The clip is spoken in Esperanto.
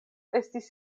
estis